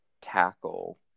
tackle